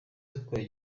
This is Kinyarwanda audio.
yatwaye